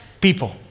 people